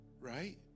right